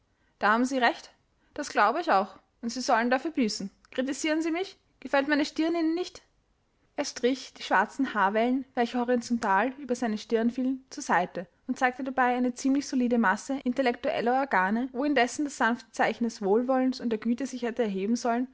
da haben sie recht das glaube ich auch und sie sollen dafür büßen kritisieren sie mich gefällt meine stirn ihnen nicht er strich die schwarzen haarwellen welche horizontal über seine stirn fielen zur seite und zeigte dabei eine ziemlich solide masse intellektueller organe wo indessen das sanfte zeichen des wohlwollens und der güte sich hätte erheben sollen